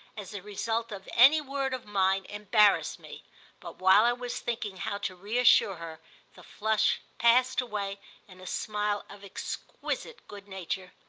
as the result of any word of mine, embarrassed me but while i was thinking how to reassure her the flush passed away in a smile of exquisite good nature.